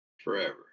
forever